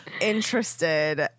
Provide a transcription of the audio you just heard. interested